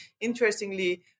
interestingly